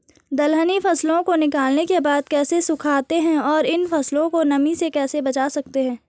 दलहनी फसलों को निकालने के बाद कैसे सुखाते हैं और इन फसलों को नमी से कैसे बचा सकते हैं?